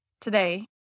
Today